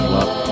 Love